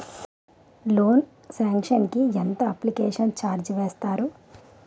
Loan sanction కి ఎంత application charge వేస్తారు?